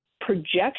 projection